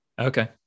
Okay